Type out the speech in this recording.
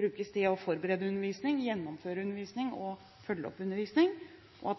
brukes til å forberede undervisning, gjennomføre undervisning og følge opp undervisning.